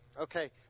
okay